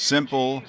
Simple